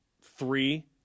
three